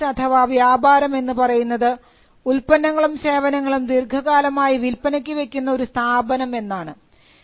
ഒരു ബിസിനസ് അഥവാ വ്യാപാരം എന്ന് പറയുന്നത് ഉൽപ്പന്നങ്ങളും സേവനങ്ങളും ദീർഘകാലമായി വിൽപ്പനയ്ക്ക് വെക്കുന്ന ഒരു സ്ഥാപനം എന്നതാണ്